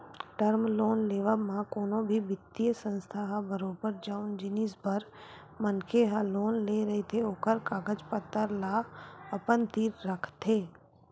term loan लेवब म कोनो भी बित्तीय संस्था ह बरोबर जउन जिनिस बर मनखे ह लोन ले रहिथे ओखर कागज पतर ल अपन तीर राखथे